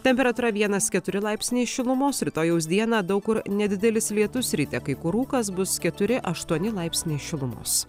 temperatūra vienas keturi laipsniai šilumos rytojaus dieną daug kur nedidelis lietus ryte kai kur rūkas bus keturi aštuoni laipsniai šilumos